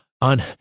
on